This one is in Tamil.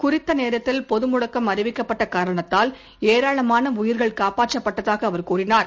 குறித்த நேரத்தில் பொது முடக்கம் அறிவிக்கப்பட்ட காரணத்தால் ஏராளமான உயிர்கள் காப்பாற்றப்பட்டதாக அவர் கூறினார்